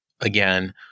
again